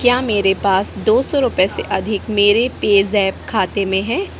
क्या मेरे पास दो सौ रुपये से अधिक मेरे पेज़ैप खाते में हैं